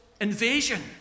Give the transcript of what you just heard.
invasion